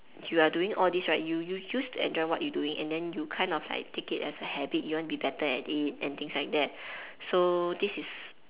you are doing all this right you you used to enjoy what you doing and then you kind of like take it as a habit you want to be better at it and things like that so this is